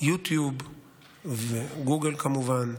יוטיוב וגוגל, כמובן,